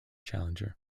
challenger